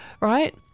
right